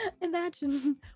imagine